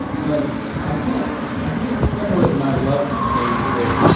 yeah like i can't i can't separate my love from jade with